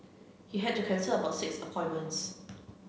he had to cancel about six appointments